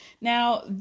Now